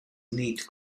neat